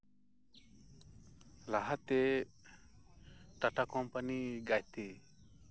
ᱞᱟᱦᱟᱛᱮ ᱴᱟᱪᱟ ᱠᱳᱢᱯᱟᱱᱤ ᱜᱟᱸᱭᱛᱤ